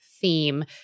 theme